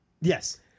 Yes